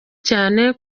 cyane